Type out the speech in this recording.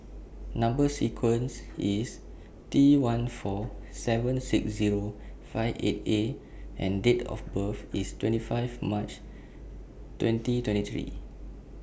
Number sequence IS T one four seven six Zero five eight A and Date of birth IS twenty five March twenty twenty three